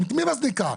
את מי היא מזניקה?